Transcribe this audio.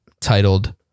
titled